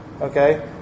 Okay